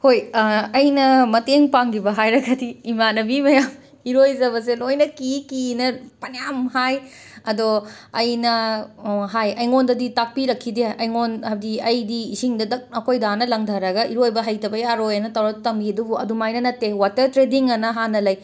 ꯍꯣꯏ ꯑꯩꯅ ꯃꯇꯦꯡ ꯄꯥꯡꯈꯤꯕ ꯍꯥꯏꯔꯒꯗꯤ ꯏꯃꯥꯟꯅꯕꯤ ꯃꯌꯥꯝ ꯏꯔꯣꯏꯖꯕꯁꯦ ꯂꯣꯏꯅ ꯀꯤ ꯀꯤꯅ ꯐꯅꯌꯥꯝ ꯍꯥꯏ ꯑꯗꯣ ꯑꯩꯅ ꯍꯥꯏ ꯑꯩꯉꯣꯟꯗꯗꯤ ꯇꯥꯛꯄꯤꯔꯛꯈꯤꯗꯦ ꯑꯩꯉꯣꯟ ꯍꯥꯏꯕꯗꯤ ꯑꯩꯗꯤ ꯏꯁꯤꯡꯗ ꯗꯛ ꯑꯩꯈꯣꯏ ꯗꯥꯅ ꯂꯪꯗꯔꯒ ꯏꯔꯣꯏꯕ ꯍꯩꯇꯕ ꯌꯥꯔꯣꯏꯅ ꯇꯧꯔ ꯇꯝꯕꯤ ꯑꯗꯨꯕꯨ ꯑꯗꯨꯃꯥꯏꯅ ꯅꯠꯇꯦ ꯋꯥꯇꯔ ꯇ꯭ꯔꯦꯗꯤꯡ ꯍꯥꯏꯅ ꯍꯥꯟꯅ ꯂꯩ